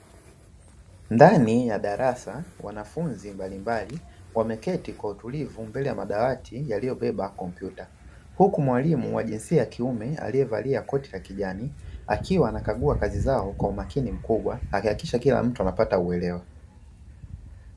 Ndani ya darasa wanafunzi mbalimbali wameketi kwa utulivu kwenye madawati yaliyobeba kompyuta, huku mwalimu wa jinsia ya kiume aliyevalia koti la kijani akiwa anakagua kazi zao kwa umakini mkubwa, akihakikisha kila mtu anapata uelewa.